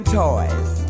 toys